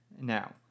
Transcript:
Now